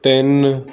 ਤਿੰਨ